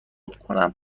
کنم